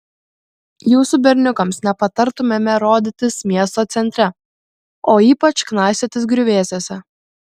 jūsų berniukams nepatartumėme rodytis miesto centre o ypač knaisiotis griuvėsiuose